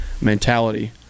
mentality